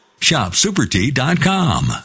Shopsupertea.com